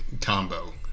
combo